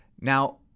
Now